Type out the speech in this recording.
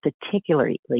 particularly